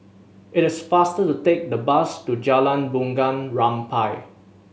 it is faster to take the bus to Jalan Bunga Rampai